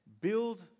build